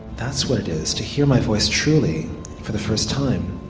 that's what it is to hear my voice truly for the first time.